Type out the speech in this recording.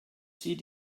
sie